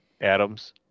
atoms